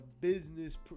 business